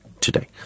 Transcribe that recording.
today